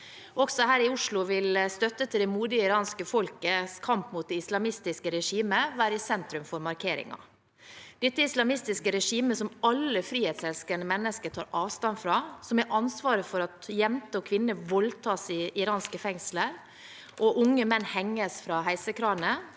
Også her i Oslo vil støtte til det modige iranske folkets kamp mot det islamistiske regimet være i sentrum for markeringen. Dette islamistiske regimet som alle frihetselskende mennesker tar avstand fra, som har ansvaret for at jenter og kvinner voldtas i iranske fengsler og unge menn henges fra heisekraner,